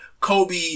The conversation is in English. Kobe